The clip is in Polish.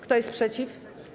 Kto jest przeciw?